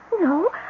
No